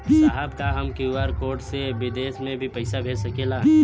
साहब का हम क्यू.आर कोड से बिदेश में भी पैसा भेज सकेला?